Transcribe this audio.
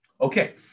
Okay